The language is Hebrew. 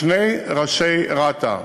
שני ראשי רת"א,